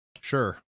sure